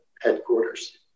headquarters